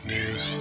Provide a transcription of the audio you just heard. News